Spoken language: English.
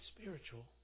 spiritual